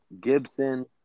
Gibson